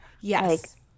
Yes